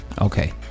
Okay